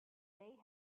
they